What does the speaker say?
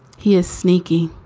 he is sneaky.